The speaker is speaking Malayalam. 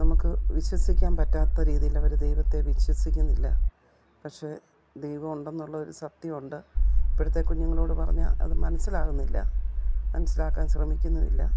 നമുക്ക് വിശ്വസിക്കാൻ പറ്റാത്ത രീതിയിലവർ ദൈവത്തെ വിശ്വസിക്കുന്നില്ല പക്ഷെ ദൈവമുണ്ടെന്നുള്ളൊരു സത്യമുണ്ട് ഇപ്പോഴത്തെ കുഞ്ഞുങ്ങളോടു പറഞ്ഞാൽ അത് മനസ്സിലാകുന്നില്ല മനസ്സിലാക്കാൻ ശ്രമിക്കുന്നുമില്ല